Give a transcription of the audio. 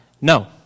No